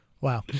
Wow